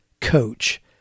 coach